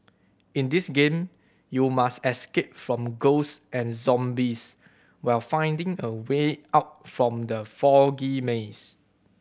in this game you must escape from ghost and zombies while finding the way out from the foggy maze